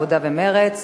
העבודה ומרצ.